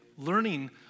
learning